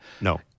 No